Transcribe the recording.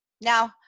Now